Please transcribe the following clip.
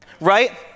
right